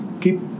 keep